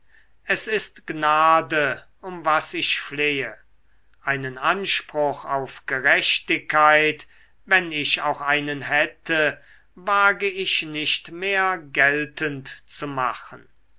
es ist gnade um was ich flehe einen anspruch auf gerechtigkeit wenn ich auch einen hätte wage ich nicht mehr geltend zu machen